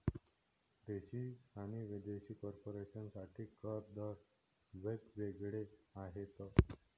देशी आणि विदेशी कॉर्पोरेशन साठी कर दर वेग वेगळे आहेत